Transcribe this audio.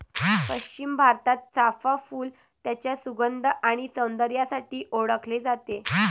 पश्चिम भारतात, चाफ़ा फूल त्याच्या सुगंध आणि सौंदर्यासाठी ओळखले जाते